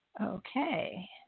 Okay